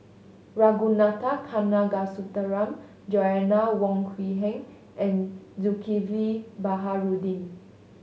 Ragunathar Kanagasuntheram Joanna Wong Quee Heng and Zulkifli Baharudin